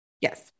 Yes